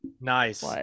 nice